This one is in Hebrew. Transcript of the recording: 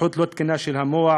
התפתחות לא תקינה של המוח,